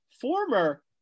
former